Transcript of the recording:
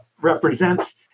represents